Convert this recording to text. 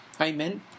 Amen